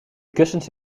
kussens